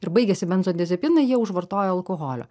ir baigiasi benzodiazepinai jie užvartoja alkoholio